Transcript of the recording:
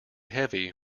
heavy